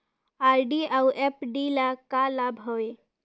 RD अऊ FD ल का लाभ हवे?